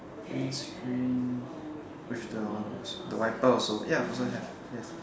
windscreen with the the wiper also ya also have yes